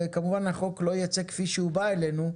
וכמובן החוק לא ייצא כפי שהובא אלינו,